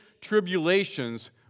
tribulations